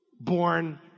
born